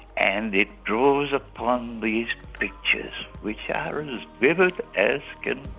and it draws upon these pictures which yeah are and as vivid as can